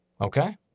Okay